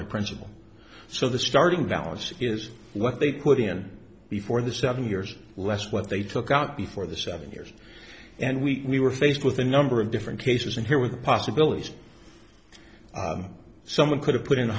the principle so the starting vallas is what they put in before the seven years less what they took out before the seven years and we were faced with a number of different cases and here with possibilities someone could have put i